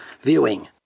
viewing